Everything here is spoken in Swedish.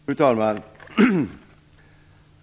Fru talman!